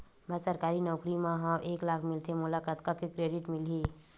मैं सरकारी नौकरी मा हाव एक लाख मिलथे मोला कतका के क्रेडिट मिलही?